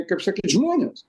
kaip sakyt žmonės